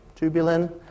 tubulin